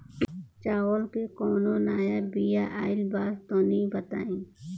चावल के कउनो नया बिया आइल बा तनि बताइ?